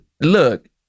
look